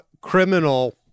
criminal